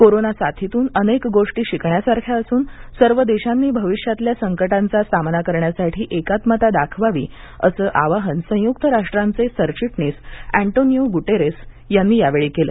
corona साथीतून अनेक गोष्टी शिकण्यासारख्या असून सर्व देशांनी भविष्यातल्या संकटांचा सामना करण्यासाठी एकात्मता दाखवावी असं आवाहन संयुक्त राष्ट्रांचे सरचिटणीस अँटोनिओ गुटेरेस यांनी यावेळी केलं